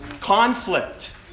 conflict